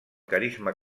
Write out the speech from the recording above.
carisma